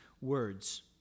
words